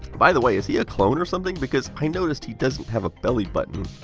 by the way, is he a clone or something because i noticed he doesn't have a belly button.